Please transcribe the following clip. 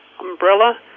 umbrella